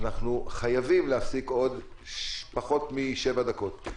אנחנו חייבים להפסיק בעוד פחות משבע דקות.